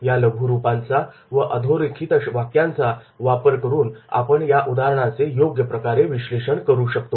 या लघुरूपांचा व अधोरेखित वाक्यांचा वापर करून आपण उदाहरणाचे योग्य प्रकारे विश्लेषण करू शकतो